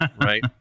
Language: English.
Right